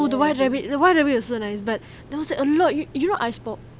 oh the white rabbit the white rabbit also nice but there was like a lot you you know ice pop